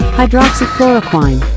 hydroxychloroquine